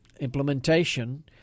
implementation